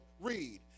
read